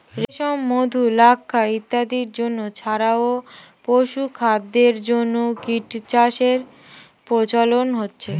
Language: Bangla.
রেশম, মধু, লাক্ষা ইত্যাদির জন্য ছাড়াও পশুখাদ্যের জন্য কীটচাষের প্রচলন রয়েছে